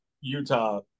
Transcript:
Utah